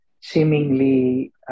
seemingly